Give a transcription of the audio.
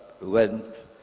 went